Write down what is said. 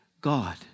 God